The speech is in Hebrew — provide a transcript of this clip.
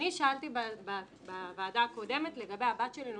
שאלתי בוועדה הקודמת לגבי הבת שלי,